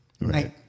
right